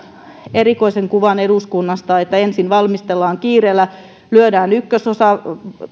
erikoisen kuvan eduskunnasta että ensin valmistellaan kiireellä lyödään ykkösosa